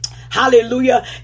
Hallelujah